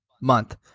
month